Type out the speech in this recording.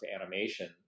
animation